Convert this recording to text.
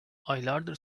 aylardır